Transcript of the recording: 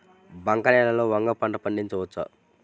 బంక నేలలో వంగ పంట పండించవచ్చా?